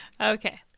Okay